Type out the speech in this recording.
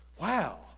Wow